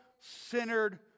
centered